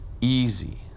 easy